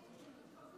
תועבר.